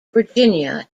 virginia